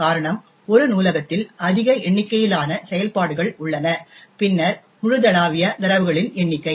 காரணம் ஒரு நூலகத்தில் அதிக எண்ணிக்கையிலான செயல்பாடுகள் உள்ளன பின்னர் முழுதளாவிய தரவுகளின் எண்ணிக்கை